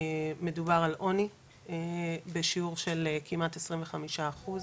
מדובר על עוני בשיעור של כמעט 25 אחוז,